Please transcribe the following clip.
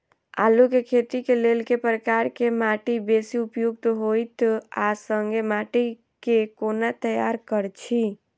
आलु केँ खेती केँ लेल केँ प्रकार केँ माटि बेसी उपयुक्त होइत आ संगे माटि केँ कोना तैयार करऽ छी?